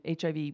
HIV